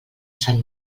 sant